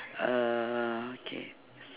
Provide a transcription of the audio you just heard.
err k